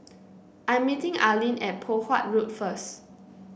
I'm meeting Arleen at Poh Huat Road first